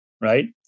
right